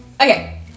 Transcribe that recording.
Okay